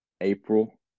April